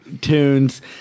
tunes